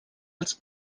als